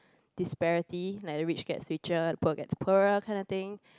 disparity lah where the rich gets richer and the poor gets poorer kinda thing